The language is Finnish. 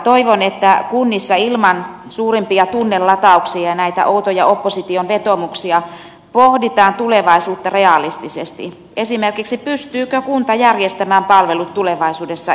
toivon että kunnissa ilman suurempia tunnelatauksia ja näitä outoja opposition vetoomuksia pohditaan tulevaisuutta realistisesti esimerkiksi pystyykö kunta järjestämään palvelut tulevaisuudessa itse